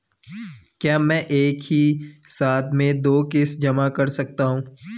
क्या मैं एक ही साथ में दो किश्त जमा कर सकता हूँ?